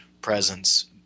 presence